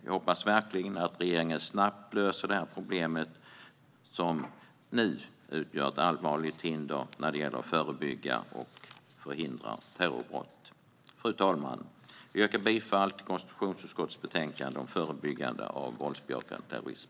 Jag hoppas verkligen att regeringen snabbt löser detta problem, som nu utgör ett allvarligt hinder när det gäller att förebygga och förhindra terrorbrott. Fru talman! Jag yrkar bifall till förslaget i konstitutionsutskottets betänkande Förebyggande av våldsbejakande terrorism .